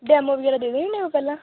demo ਵਗੈਰਾ ਦੇ ਦਿੰਦੇ ਉਹ ਪਹਿਲਾਂ